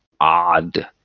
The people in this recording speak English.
odd